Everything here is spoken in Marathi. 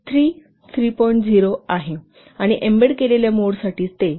0 आहे आणि एम्बेडेड केलेल्या मोडसाठी ते 3